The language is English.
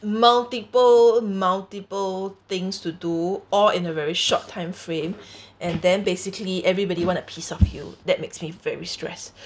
multiple multiple things to do all in a very short time frame and then basically everybody want a piece of you that makes me very stress